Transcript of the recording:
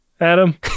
Adam